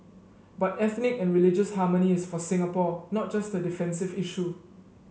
but ethnic and religious harmony is for Singapore not just a defensive issue